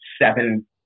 seven